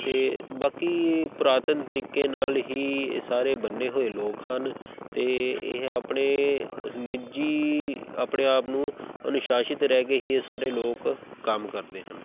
ਅਤੇ ਬਾਕੀ ਪੁਰਾਤਨ ਤਰੀਕੇ ਨਾਲ ਹੀ ਇਹ ਸਾਰੇ ਬੰਨ੍ਹੇ ਹੋਏ ਲੋਕ ਹਨ ਅਤੇ ਇਹ ਆਪਣੇ ਨਿੱਜੀ ਆਪਣੇ ਆਪ ਨੂੰ ਅਨੁਸ਼ਾਸਿਤ ਰਹਿ ਕੇ ਹੀ ਇਹ ਸਾਰੇ ਲੋਕ ਕੰਮ ਕਰਦੇ ਹਨ